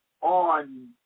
on